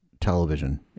television